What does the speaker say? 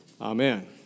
amen